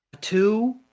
Two